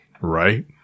right